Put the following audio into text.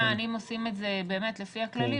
אם עושים את זה באמת לפי הכללים,